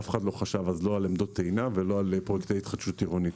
ואף אחד לא חשב אז לא על עמדות טעינה ולא על פרויקטי התחדשות עירונית.